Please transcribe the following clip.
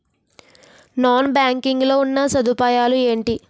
Non banking లో ఉన్నా సదుపాయాలు ఎంటి?